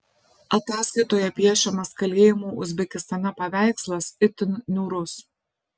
ataskaitoje piešiamas kalėjimų uzbekistane paveikslas itin niūrus